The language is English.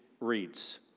reads